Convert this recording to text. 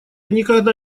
никогда